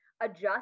adjust